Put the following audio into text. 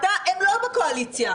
הם לא בקואליציה,